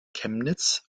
chemnitz